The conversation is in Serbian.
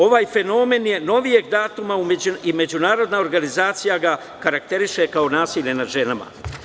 Ovaj fenomen je novijeg datuma i međunarodna organizacija ga karakteriše kao nasilje nad ženama.